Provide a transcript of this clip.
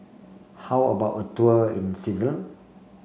how about a tour in Switzerland